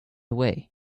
away